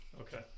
Okay